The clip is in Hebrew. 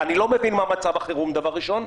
אני מניח שחבר הכנסת אבידר לא קיבל תשובה,